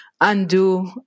undo